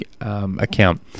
account